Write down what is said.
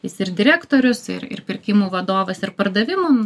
jis ir direktorius ir ir pirkimų vadovas ir pardavimų